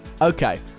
Okay